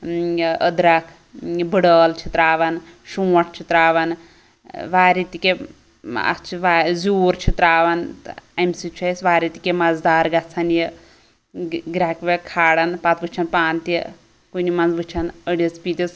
یہِ أدرَکھ ٲں بٕڑ ٲلہٕ چھِ ترٛاوان شونٛٹھ چھِ ترٛاوان ٲں واریاہ تہِ کیٚنٛہہ اتھ چھ وا زیٛوٗر چھِ ترٛاوان تہٕ اَمہِ سۭتۍ چھُ اسہِ واریاہ تہِ کیٚنٛہہ مَزٕدار گَژھان یہِ گرٛیٚکہٕ ویٚکہٕ کھاڑان پَتہٕ وُچھیٚن پانہٕ تہِ کُنہِ مَنٛز وُچھیٚن أڑِس پیٖنٛتِس